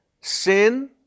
sin